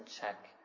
check